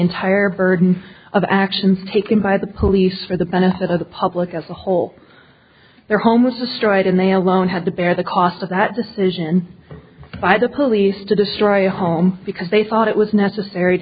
entire burden of actions taken by the police for the benefit of the public as a whole their home was destroyed and they alone had to bear the cost of that decision by the police to destroy a home because they thought it was necessary